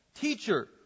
Teacher